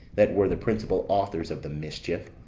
that were the principal authors of the mischief,